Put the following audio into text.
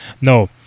No